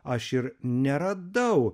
aš ir neradau